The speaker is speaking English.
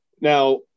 Now